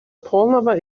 полного